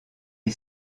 est